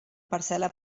parcel·la